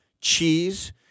cheese